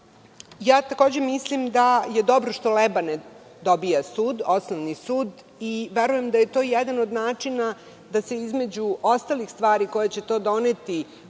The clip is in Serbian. dobro. Takođe mislim da je dobro što Lebane dobija osnovni sud i verujem da je to jedan od načina da se, između ostalih stvari koje će doneti